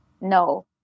No